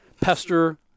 Pester